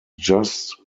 just